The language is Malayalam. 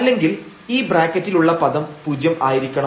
അല്ലെങ്കിൽ ഈ ബ്രാക്കറ്റിൽ ഉള്ള പദം പൂജ്യം ആയിരിക്കണം